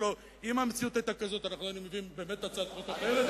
הלוא אם המציאות היתה כזאת היינו מביאים הצעת חוק אחרת?